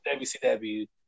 WCW